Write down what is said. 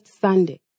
Sunday